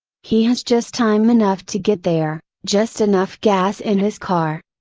he has just time enough to get there, just enough gas in his car.